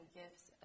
gifts